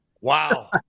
wow